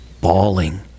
bawling